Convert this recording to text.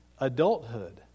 adulthood